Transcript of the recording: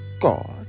God